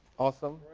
awesome!